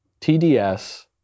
TDS